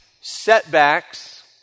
setbacks